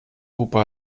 hupe